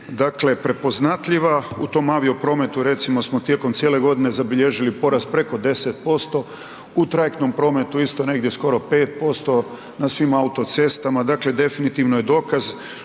Dakle, prepoznatljiva u tom avio prometu, recimo smo tijekom cijele godine zabilježili porast preko 10%, u trajektnom prometu isto negdje skoro 5%, na svim autocestama, dakle definitivno je dokaz,